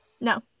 No